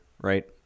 right